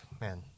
Man